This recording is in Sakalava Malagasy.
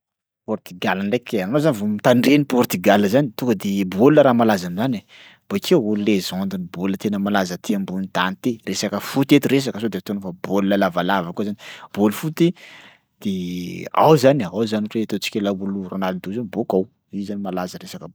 Portugal ndraiky anao zany vao mitandre ny Portugal zany tonga de baolina raha malaza am'zany e. Bakeo o- légenden'ny baolina tena malaza aty ambony tany ty resaka foot eto resaka sao de ataonao fa baolina lavalava koa zany, bôly foot dia ao zany e, ao zany ohatra hoe atao'tsika laolo Ronaldo io zao bôka ao, izy zany malaza resaka baolina.